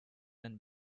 and